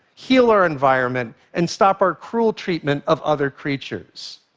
heal our environment and stop our cruel treatment of other creatures.